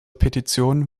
petition